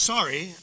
Sorry